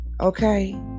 Okay